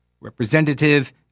Representative